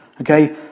Okay